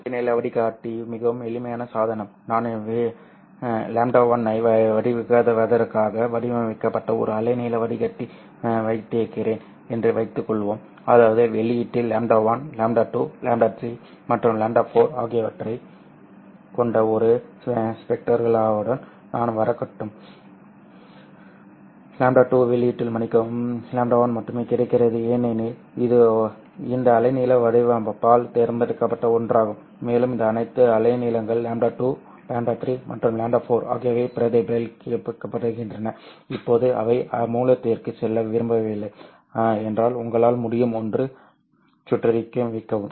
ஒரு அலைநீள வடிகட்டி மிகவும் எளிமையான சாதனம் நான் λ1 ஐ வடிகட்டுவதற்காக வடிவமைக்கப்பட்ட ஒரு அலைநீள வடிகட்டி வைத்திருக்கிறேன் என்று வைத்துக்கொள்வோம் அதாவது வெளியீட்டில் λ1 λ2 λ3 மற்றும் λ4 ஆகியவற்றைக் கொண்ட ஒரு ஸ்பெக்ட்ராவுடன் நான் வரக்கூடும் λ2 வெளியீட்டில் மன்னிக்கவும் எனக்கு λ1 மட்டுமே கிடைக்கிறது ஏனெனில் இது இந்த அலைநீள வடிப்பானால் தேர்ந்தெடுக்கப்பட்ட ஒன்றாகும் மேலும் இந்த அனைத்து அலைநீளங்கள் λ2 λ3 மற்றும் λ4 ஆகியவை பிரதிபலிக்கப்படுகின்றன இப்போது அவை மூலத்திற்குச் செல்ல விரும்பவில்லை என்றால் உங்களால் முடியும் ஒரு சுற்றறிக்கை வைக்கவும்